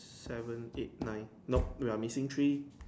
seven eight nine nope we are missing three